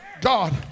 God